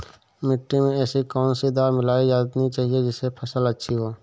मिट्टी में ऐसी कौन सी दवा मिलाई जानी चाहिए जिससे फसल अच्छी हो?